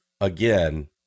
again